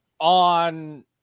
On